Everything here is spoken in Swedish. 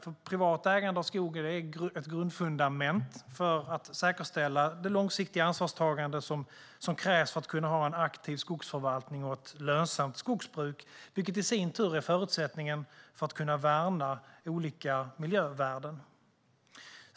Det privata ägandet av skogen är ett grundfundament för att säkerställa det långsiktiga ansvarstagande som krävs för att kunna ha en aktiv skogsförvaltning och ett lönsamt skogsbruk, vilket i sin tur är förutsättningen för att kunna värna olika miljövärden.